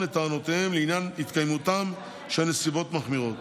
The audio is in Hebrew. את טענותיהם לעניין התקיימותן של נסיבות מחמירות.